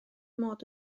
mod